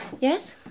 Yes